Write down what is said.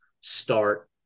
start